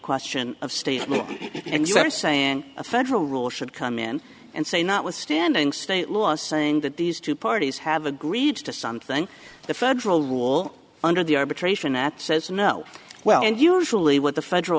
question of state law and you are saying a federal rule should come in and say notwithstanding state law saying that these two parties have agreed to something the federal rule under the arbitration that says no well and usually what the federal